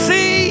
See